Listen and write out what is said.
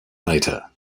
later